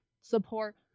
support